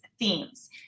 themes